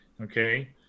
Okay